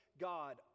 God